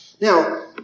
Now